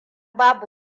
babu